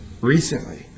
recently